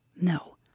No